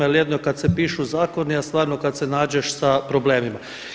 Jer jedno je kad se pišu zakoni, a stvarno kad se nađeš sa problemima.